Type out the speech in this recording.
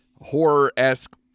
horror-esque